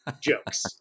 jokes